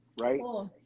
right